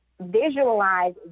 visualize